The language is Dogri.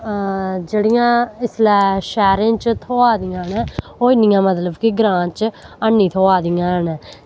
जेह्ड़ियां इसलै शैह्रें च थ्होआ दियां न ओह् इअन्नियां मतलब ग्रां च हैनी थ्होआ दियां न